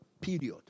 Period